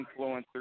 influencers